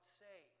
say